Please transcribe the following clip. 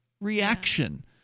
reaction